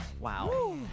Wow